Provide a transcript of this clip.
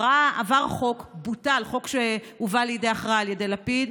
עבר חוק, בוטל החוק שהובא לידי הכרעה על ידי לפיד,